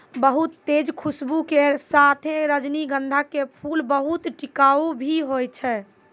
बहुत तेज खूशबू के साथॅ रजनीगंधा के फूल बहुत टिकाऊ भी हौय छै